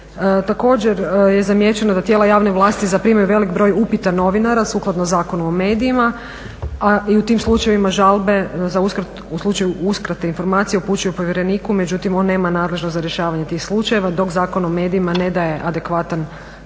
Također je zamijećeno da tijela javne vlasti zaprimaju velik broj upita novinara sukladno Zakonu o medijima i u tim slučajevima žalbe u slučaju uskrate informacija upućuju povjereniku, međutim on nema nadležnost za rješavanje tih slučajeva, dok Zakon o medijima ne daje adekvatan